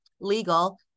legal